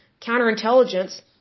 counterintelligence